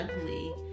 ugly